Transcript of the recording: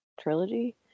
trilogy